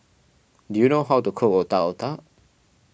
do you know how to cook Otak Otak